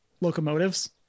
locomotives